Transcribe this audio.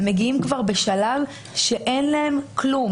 הם מגיעים כבר בשלב שאין להם כלום.